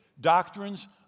doctrines